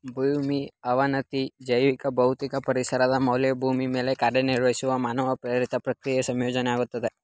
ಭೂಮಿ ಅವನತಿ ಜೈವಿಕ ಭೌತಿಕ ಪರಿಸರದ ಮೌಲ್ಯ ಭೂಮಿ ಮೇಲೆ ಕಾರ್ಯನಿರ್ವಹಿಸುವ ಮಾನವ ಪ್ರೇರಿತ ಪ್ರಕ್ರಿಯೆ ಸಂಯೋಜನೆಯಿಂದ ಆಗ್ತದೆ